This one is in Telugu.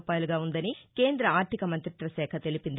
రూపాయలుగా ఉందని కేంద్ర ఆర్థిక మంగ్రిత్వశాఖ తెలిపింది